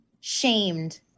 shamed